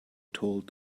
told